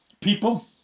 people